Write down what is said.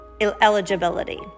eligibility